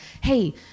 Hey